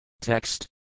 Text